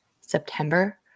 September